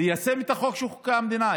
ליישם את החוק שחוקקה המדינה.